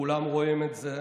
וכולם רואים את זה,